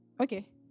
okay